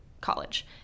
college